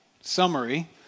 summary